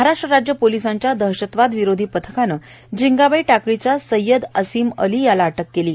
महाराष्ट्र राज्य पोलिसांच्या दहशतवाद विरोधी पथकानं झिंगावाई टाकळीच्या सव्यद असिम अली याला अटक केली आहे